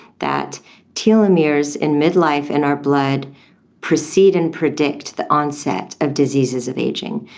that telomeres in midlife in our blood precede and predict the onset of diseases of ageing.